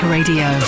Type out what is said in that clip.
Radio